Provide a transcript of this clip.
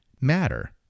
matter